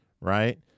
Right